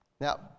Now